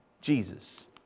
Jesus